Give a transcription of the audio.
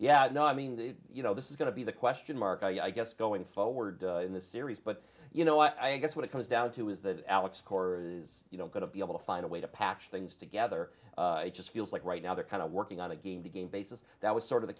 yeah no i mean you know this is going to be the question mark i guess going forward in this series but you know i guess what it comes down to is that alex is you know going to be able to find a way to patch things together it just feels like right now they're kind of working on a game to game basis that was sort of the